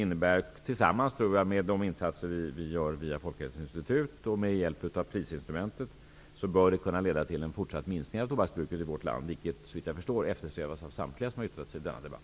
Detta -- tillsammans med de insatser som vi gör via Folkhälsoinstitutet och prisinstrumentet -- bör kunna leda till en fortsatt minskning av tobaksbruket i vårt land. Det eftersträvas såvitt jag förstår av samtliga som har yttrat sig i denna debatt.